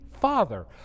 father